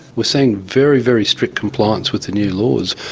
we're seeing very, very strict compliance with the new laws.